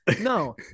no